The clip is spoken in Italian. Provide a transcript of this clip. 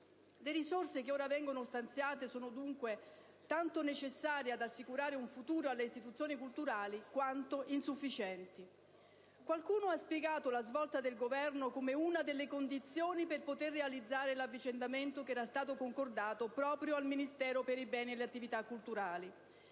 Le risorse che ora vengono stanziate sono, dunque, tanto necessarie ad assicurare un futuro alle istituzioni culturali, quanto insufficienti. Qualcuno ha spiegato la svolta del Governo come una delle condizioni per poter realizzare l'avvicendamento che era stato concordato proprio al Ministero per i beni e le attività culturali.